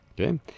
Okay